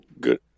Good